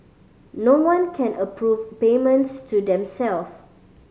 no one can approve payments to themself